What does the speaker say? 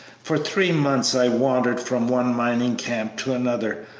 for three months i wandered from one mining camp to another,